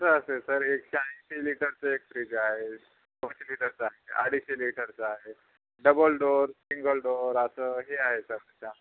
असं असेल सर एक्याऐंशी लिटरचं एक फ्रिज आहे दोनशे लिटरचं आहे अडीचशे लिटरचं आहे डबल डोअर सिंगल डोअर असं हे आहे सर त्याच्या